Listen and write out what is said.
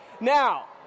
now